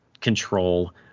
control